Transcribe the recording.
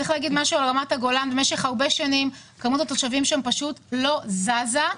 צריך להגיד במשך הרבה שנים כמות התושבים ברמת הגולן לא זזה.